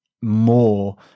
more